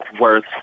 worth